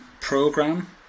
program